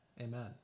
Amen